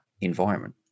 environment